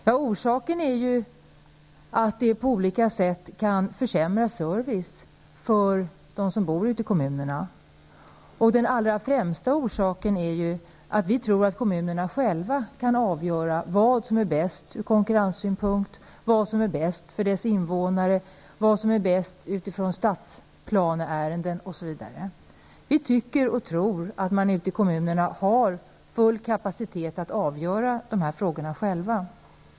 En orsak är att det på olika sätt kan försämra servicen för dem som bor ute i kommunerna. Den allra främsta orsaken är att vi tror att kommunerna själva kan avgöra vad som är bäst ur konkurrenssynpunkt, vad som är bäst för dess invånare, vad som är bäst från stadsplanesynpunkt, osv. Vi tycker att man ute i kommuerna har full kapacitet att själv avgöra sådana här frågor.